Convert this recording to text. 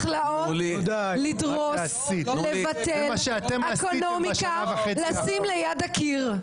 מכלאות, לדרוס, לבטל, אקונומיקה, לשים ליד הקיר.